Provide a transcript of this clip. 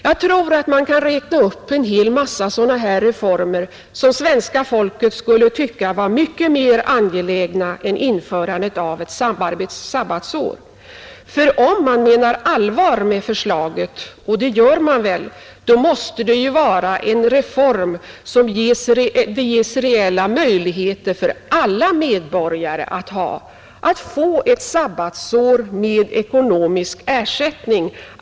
Jag tror att vi kan räkna upp en hel massa reformer som svenska folket skulle finna mycket mer angelägna än införandet av ett sabbatsår. Om man menar allvar med förslaget — och det gör man väl — måste det vara en reform som ger reella möjligheter för alla medborgare att få ett sabbatsår med ekonomisk ersättning.